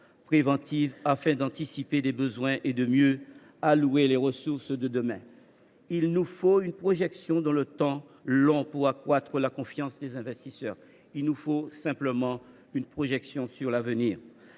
préventive, afin d’anticiper des besoins et de mieux allouer les ressources de demain. Il nous faut une projection dans le temps long pour accroître la confiance des investisseurs, c’est à dire, simplement, une projection sur l’avenir.